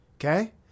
okay